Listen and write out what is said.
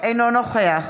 אינו נוכח